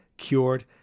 cured